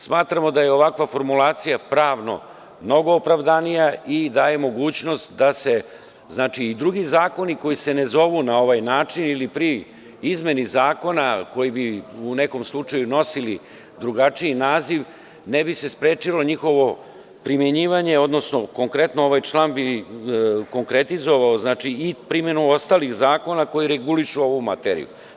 Smatramo da je ovakva formulacija pravno mnogo opravdanija i daje mogućnost da se i drugi zakoni koji se ne zovu na ovaj način ili pri izmeni zakona koji bu u nekom slučaju nosili drugačiji naziv, ne bi se sprečilo njihovo primenjivanje odnosno, konkretno ovaj član bi konkretizovao, znači i primenu ostalih zakona koji regulišu ovu materiju.